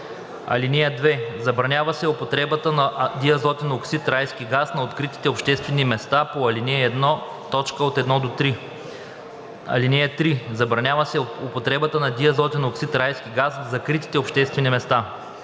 2 и 3: „(2) Забранява се употребата на диазотен оксид (райски газ) на откритите обществени места по ал. 1, т. 1 – 3. (3) Забранява се употребата на диазотен оксид (райски газ) в закритите обществени места.“